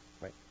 Right